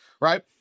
right